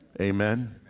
Amen